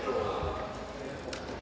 Hvala